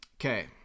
Okay